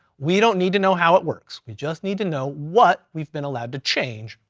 we don't need to know how it works. we just need to know what we've been allowed to change,